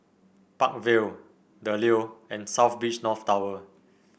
Park Vale The Leo and South Beach North Tower